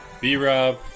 b-rob